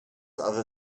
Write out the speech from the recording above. other